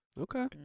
Okay